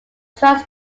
tries